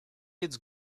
kids